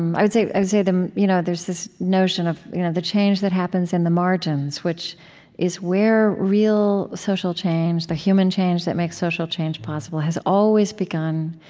um i would say say the you know there's there's this notion of you know the change that happens in the margins, which is where real social change, the human change that makes social change possible, has always begun.